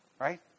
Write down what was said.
Right